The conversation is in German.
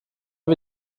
wie